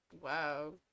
wow